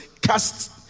cast